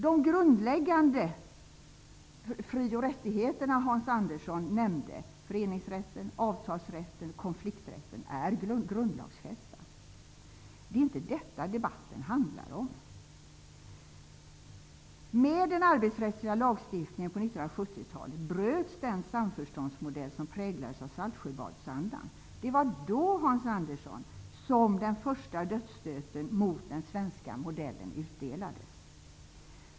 De grundläggande fri och rättigheterna som Hans Andersson nämnde, nämligen föreningsrätten, avtalsrätten och konflikträtten är grundlagsfästa. Men det är inte detta som debatten handlar om. Med den arbetsrättsliga lagstiftningen på 1970-talet bröts den samförståndsmodell som präglades av Saltsjöbadsandan. Det var då, Hans Andersson, som den första dödsstöten mot den svenska modellen utdelades.